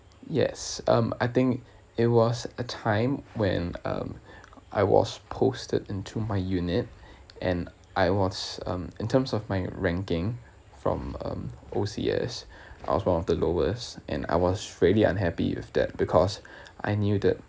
yes um I think it was a time when um I was posted into my unit and I was um in terms of my ranking from um O_C_S I was one of the lowest and I was really unhappy with that because I knew that